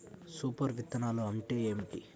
Super విత్తనాలు అంటే ఏమిటి?